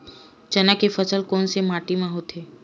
चना के फसल कोन से माटी मा होथे?